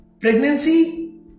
Pregnancy